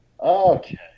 Okay